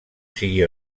sigui